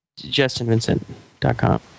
justinvincent.com